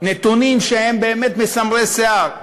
נתונים שהם באמת מסמרי שיער: